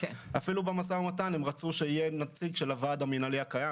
אפילו במשא ומתן הם רצו שיהיה נציג של הוועד המינהלי הקיים.